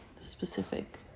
specific